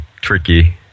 tricky